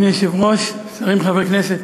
אדוני היושב-ראש, שרים וחברי כנסת,